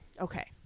Okay